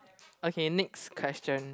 okay next question